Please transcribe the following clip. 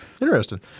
Interesting